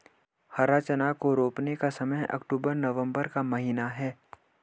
हरा चना को रोपने का समय अक्टूबर नवंबर का महीना है